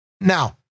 Now